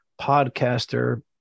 podcaster